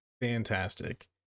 fantastic